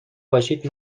باشید